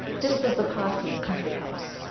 this was the parson's country house,